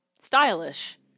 Stylish